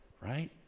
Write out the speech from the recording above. right